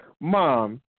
mom